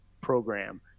program